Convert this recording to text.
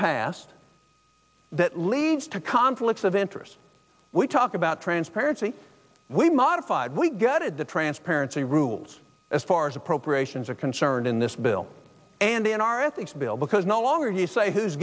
past that leads to conflicts of interest we talk about transparency we modified we got it the transparency rules as far as appropriations are concerned in this bill and in our ethics bill because no longer you say who's